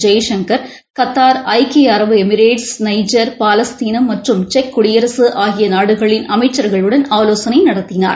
ஜெய்சங்கள் Qatar அரபு Emirates Niger பாலஸ்தீனம் மற்றும் செக் குடியரசுஆகியநாடுகளின் அமைச்சர்களுடன் றுக்கிய ஆலோசனைநடத்தினார்